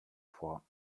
vor